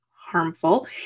harmful